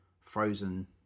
Frozen